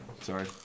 Sorry